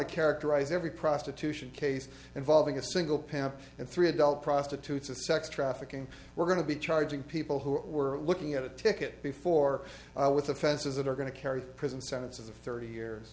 to characterize every prostitution case involving a single parent and three adult prostitutes a sex trafficking we're going to be charging people who were looking at a ticket before with offenses that are going to carry prison sentences of thirty years